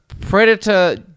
Predator